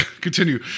continue